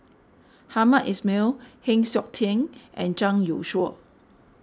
Hamed Ismail Heng Siok Tian and Zhang Youshuo